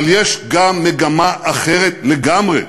אבל יש גם מגמה אחרת לגמרי,